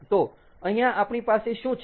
તો અહીંયા આપણી પાસે શું છે